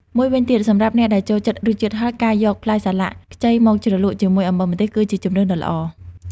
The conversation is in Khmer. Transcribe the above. មួយវិញទៀត សម្រាប់អ្នកដែលចូលចិត្តរសជាតិហឹរ ការយកផ្លែសាឡាក់ខ្ចីមកជ្រលក់ជាមួយ អំបិលម្ទេស គឺជាជម្រើសដ៏ល្អ។